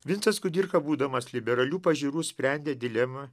vincas kudirka būdamas liberalių pažiūrų sprendė dilemą